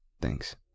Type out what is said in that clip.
Thanks